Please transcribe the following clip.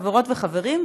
חברות וחברים,